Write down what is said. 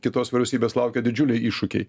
kitos vyriausybės laukia didžiuliai iššūkiai